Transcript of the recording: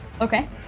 Okay